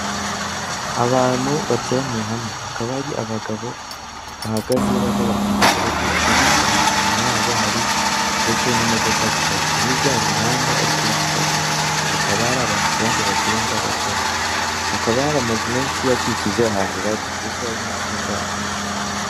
Abantu bateraniye hamwe bakaba ari abagabo bahagaze barimo barageza kuba bakurikiye ubutumwa, inyuma yabo hari ndetse n'imodoka ziparitse, hirya hari umuhanda ariko w'igitaka, hakaba hari abantu ku ruhande abantu bagenda bacaho hakaba hari amazu menshi akikije ahantu bari ndetse hari n'insinga z'amashanyarazi.